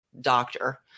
doctor